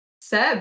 Seb